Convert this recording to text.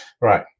Right